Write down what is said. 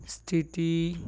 ਸਥਿਤੀ